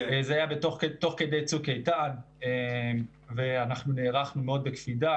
זה היה תוך כדי צוק איתן ואנחנו נערכנו מאוד בקפידה,